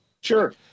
Sure